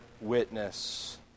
witness